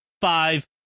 five